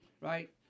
right